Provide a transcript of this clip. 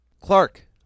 Clark